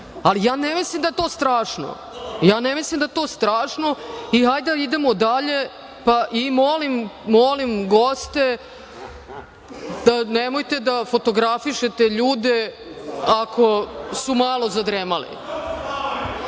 Ali, ja ne mislim da je to strašno. Ne mislim da je to strašno i hajde da idemo dalje. Molim goste – nemojte da fotografišete ljude ako su malo zadremali.